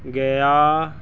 ਗਿਆ